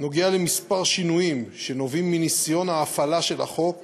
נוגע לכמה שינויים שנובעים מניסיון ההפעלה של החוק